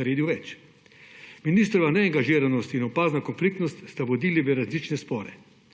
naredil več. Ministrova neangažiranost in opazna konfliktnost sta vodili v različne spore.